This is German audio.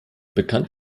bekannt